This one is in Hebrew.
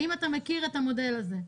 האם אתה מכיר את הנתון הזה?